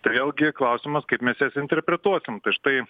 tai vėlgi klausimas kaip mes jas interpretuosim štai